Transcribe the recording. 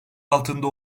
altında